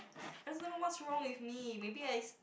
I don't know what's wrong with me maybe I